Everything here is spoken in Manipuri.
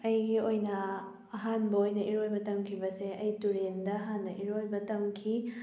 ꯑꯩꯒꯤ ꯑꯣꯏꯅ ꯑꯍꯥꯟꯕ ꯑꯣꯏꯅ ꯏꯔꯣꯏꯕ ꯇꯝꯈꯤꯕꯁꯦ ꯑꯩ ꯇꯨꯔꯦꯜꯗ ꯍꯥꯟꯅ ꯏꯔꯣꯏꯕ ꯇꯝꯈꯤ